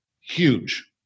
Huge